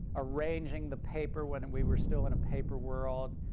arranging the paper when and we were still in a paper world,